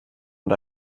und